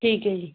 ਠੀਕ ਹੈ ਜੀ